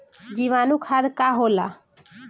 जीवाणु खाद का होला?